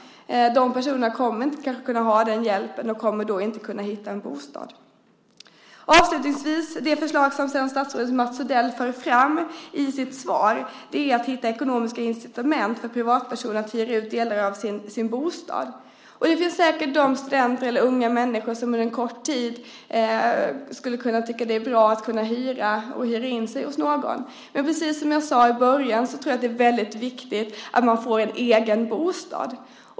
De personerna kommer kanske inte att kunna få den hjälpen och kommer då inte att kunna hitta en bostad. Avslutningsvis: Det förslag som statsrådet Mats Odell för fram i sitt svar är att hitta ekonomiska incitament för privatpersoner att hyra ut delar av sin bostad. Det finns säkert studenter eller unga människor som för en kort tid skulle kunna tycka att det är bra att kunna hyra och hyra in sig hos någon. Men precis som jag sade i början tror jag att det är väldigt viktigt att man får en egen bostad.